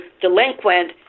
delinquent